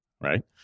right